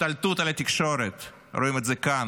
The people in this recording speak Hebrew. השתלטות על התקשורת, רואים את זה כאן,